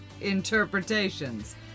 interpretations